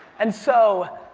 and so,